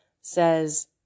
says